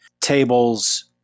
Tables